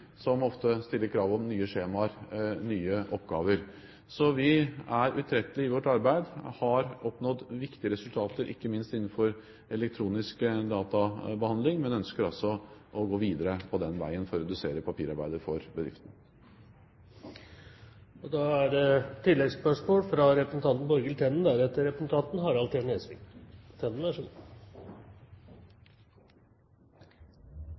som ofte stiller krav om nye skjemaer, nye oppgaver. Vi er utrettelige i vårt arbeid og har oppnådd viktige resultater, ikke minst innenfor elektronisk databehandling, men ønsker altså å gå videre på den veien for å redusere papirarbeidet for bedriftene. Det blir oppfølgingsspørsmål – først fra representanten Borghild Tenden.